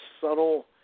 subtle